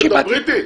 באתי.